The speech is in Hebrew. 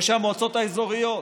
ראשי המועצות האזוריות?